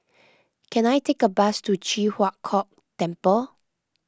can I take a bus to Ji Huang Kok Temple